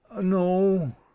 no